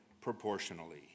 proportionally